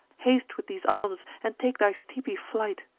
haste with these arms, and take thy steepy flight.